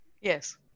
Yes